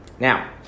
Now